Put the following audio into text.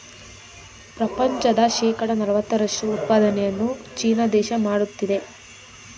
ಪ್ರಪಂಚದ ಶೇಕಡ ನಲವತ್ತರಷ್ಟು ಉತ್ಪಾದನೆಯನ್ನು ಚೀನಾ ದೇಶ ಮಾಡುತ್ತಿದೆ